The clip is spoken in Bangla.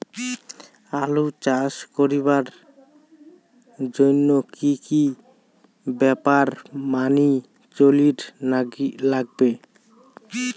আলু চাষ করিবার জইন্যে কি কি ব্যাপার মানি চলির লাগবে?